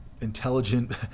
intelligent